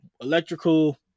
electrical